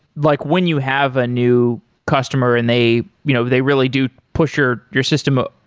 like when you have a new customer and they you know they really do pusher your system,